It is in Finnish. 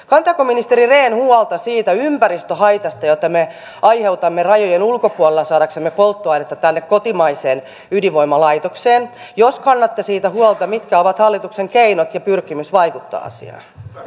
kantaako ministeri rehn huolta siitä ympäristöhaitasta jota me aiheutamme rajojen ulkopuolella saadaksemme polttoainetta tänne kotimaiseen ydinvoimalaitokseen jos kannatte siitä huolta mitkä ovat hallituksen keinot ja pyrkimys vaikuttaa asiaan